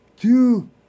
two